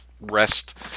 rest